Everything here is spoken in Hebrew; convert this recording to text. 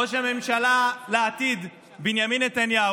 ראש הממשלה לעתיד בנימין נתניהו,